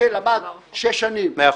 תמשיכו, תמשיכו.